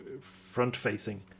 front-facing